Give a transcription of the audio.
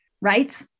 right